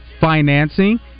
financing